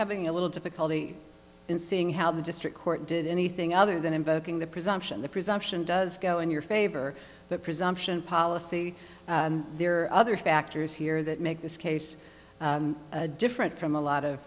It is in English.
having a little difficulty in seeing how the district court did anything other than invoking the presumption the presumption does go in your favor the presumption policy there are other factors here that make this case different from a lot of